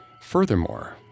Furthermore